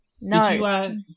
No